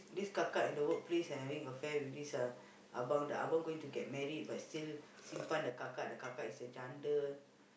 this kakak in the workplace having affair with this uh abang the abang going to get married but still simpan the kakak the kakak is a janda